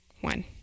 one